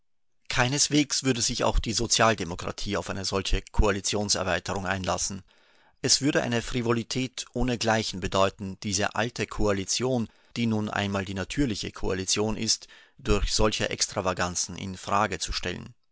keineswegs würde sich auch die sozialdemokratie auf eine solche koalitionserweiterung einlassen es würde eine frivolität ohne gleichen bedeuten diese alte koalition die nun einmal die natürliche koalition ist durch solche extravaganzen in frage zu stellen